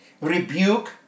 rebuke